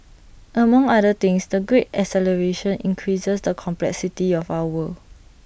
among other things the great acceleration increases the complexity of our world